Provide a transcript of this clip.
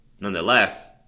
Nonetheless